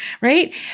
right